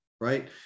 right